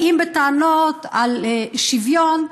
באים בטענות על שוויון,